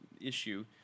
issue